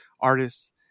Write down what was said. artists